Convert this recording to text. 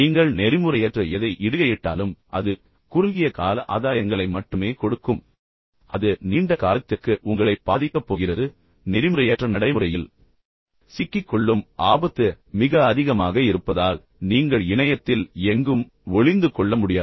நீங்கள் நெறிமுறையற்ற எதை இடுகையிட்டாலும் அது உங்களுக்கு குறுகிய கால ஆதாயங்களை மட்டுமே கொடுக்கும் ஆனால் பின்னர் அது நீண்ட காலத்திற்கு உங்களைப் பாதிக்கப் போகிறது மற்றும் நெறிமுறையற்ற நடைமுறையில் சிக்கிக்கொள்ளும் ஆபத்து மிக அதிகமாக இருப்பதால் நீங்கள் இணையத்தில் எங்கும் ஒளிந்து கொள்ள முடியாது